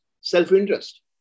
self-interest